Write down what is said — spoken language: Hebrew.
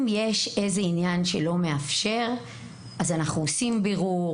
אם יש איזה עניין שלא מאפשר אז אנחנו עושים בירור,